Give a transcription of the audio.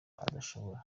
adashobora